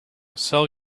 sell